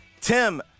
Tim